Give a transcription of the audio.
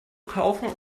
kaufen